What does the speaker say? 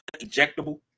ejectable